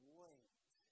wait